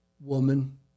woman